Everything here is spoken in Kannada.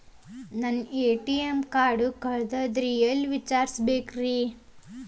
ನನ್ನ ಎ.ಟಿ.ಎಂ ಕಾರ್ಡು ಕಳದದ್ರಿ ಎಲ್ಲಿ ವಿಚಾರಿಸ್ಬೇಕ್ರಿ?